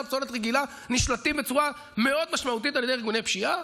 ופסולת רגילה נשלטים בצורה מאוד משמעותית על ידי ארגוני פשיעה?